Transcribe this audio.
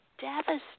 devastated